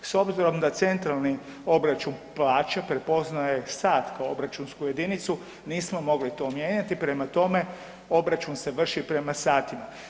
S obzirom da centralni obračun plaća prepoznaje sat kao obračunsku jedinicu, nismo mogli to mijenjati, prema tome, obračun se vrši prema satima.